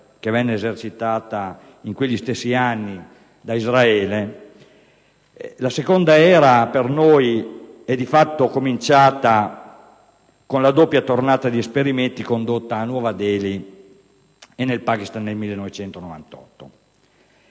nucleare esercitata in quegli stessi anni da Israele, è di fatto cominciata con la doppia tornata di esperimenti condotta a Nuova Delhi e in Pakistan nel 1998.